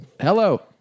Hello